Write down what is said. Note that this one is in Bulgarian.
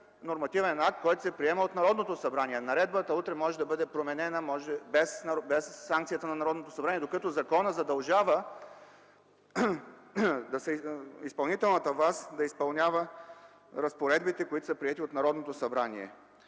нормативен акт, който се приема от Народното събрание. Наредбата може да бъде променена без санкцията на Народното събрание, докато законът задължава изпълнителната власт да изпълнява разпоредбите, които са приети от Народното събрание.